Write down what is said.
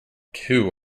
two